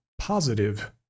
positive